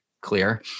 clear